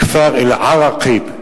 הכפר אל-עראקיב.